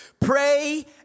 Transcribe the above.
Pray